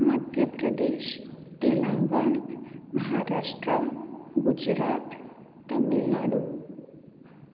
Madhya Pradesh Telangana Maharashtra Gujarat Tamil Nadu